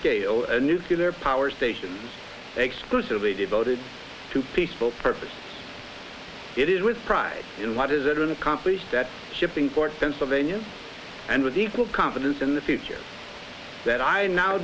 scale and nuclear power station exclusively devoted to peaceful purpose it is with pride in what is it accomplished that shipping for pennsylvania and with equal confidence in the future that i now